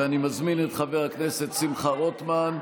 ואני מזמין את חבר הכנסת שמחה רוטמן.